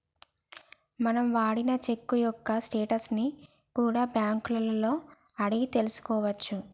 మనం వాడిన చెక్కు యొక్క స్టేటస్ ని కూడా బ్యేంకులలో అడిగి తెల్సుకోవచ్చు